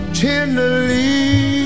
tenderly